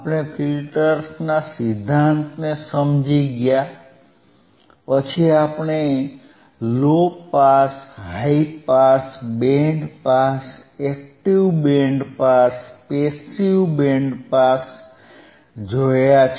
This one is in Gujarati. આપણે ફિલ્ટર્સના સિદ્ધાંતને સમજ્યા પછી આપણે low pass high pass band pass active band pass passive band pass જોયા છે